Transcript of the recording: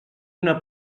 una